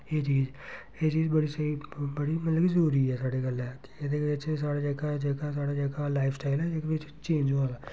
एह् चीज़ एह् चीज़ बड़ी स्हेई बड़ी मतलब कि जरूरी ऐ साढ़े गल्लै एह्दे बिच्च साढ़ा जेह्का ऐ साढ़ा जेह्का लाइफ स्टाइल ऐ एह्दे बिच्च चेंज होआ दा